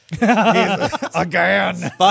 again